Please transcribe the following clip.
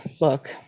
look